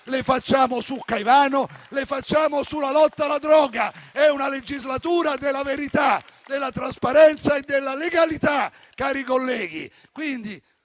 le facciamo su Caivano e sulla lotta alla droga. È una legislatura della verità, della trasparenza e della legalità, cari colleghi! Fate quindi